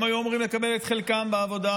הם היו אמורים לקבל את חלקם בעבודה,